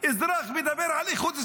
האזרח מדבר על איכות סביבה.